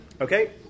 okay